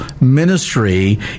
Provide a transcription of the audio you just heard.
ministry